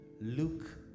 luke